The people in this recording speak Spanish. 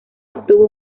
obtuvo